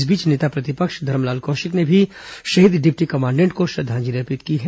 इस बीच नेता प्रतिपक्ष धरमलाल कौशिक ने भी शहीद डिप्टी कमांडेंट को श्रदांजलि आर्पित की है